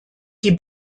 die